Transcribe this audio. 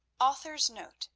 author's note